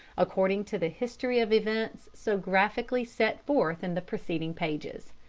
according to the history of events so graphically set forth in the preceding pages.